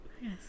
Yes